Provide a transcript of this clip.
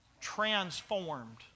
Transformed